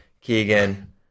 Keegan